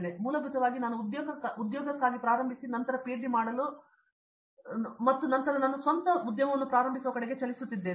ಆದ್ದರಿಂದ ಮೂಲಭೂತವಾಗಿ ನಾನು ಉದ್ಯೋಗಕ್ಕಾಗಿ ಪ್ರಾರಂಭಿಸಿ ನಂತರ ಪಿಎಚ್ಡಿ ಮಾಡಲು ಮತ್ತು ನಂತರ ನನ್ನ ಸ್ವಂತವನ್ನು ಪ್ರಾರಂಭಿಸುವ ಕಡೆಗೆ ಚಲಿಸುತ್ತಿದ್ದೇನೆ